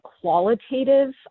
qualitative